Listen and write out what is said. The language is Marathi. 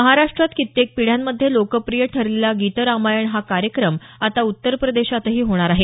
महाराष्ट्रात कित्येक पिढ्यांमध्ये लोकप्रिय ठरलेला गीतरामायण हा कार्यक्रम आता उत्तर प्रदेशातही होणार आहे